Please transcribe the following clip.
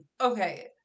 okay